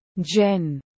Jen